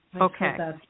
Okay